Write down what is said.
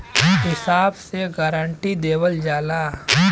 हिसाब से गारंटी देवल जाला